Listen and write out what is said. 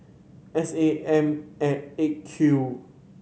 S A M at Eight Q